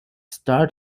start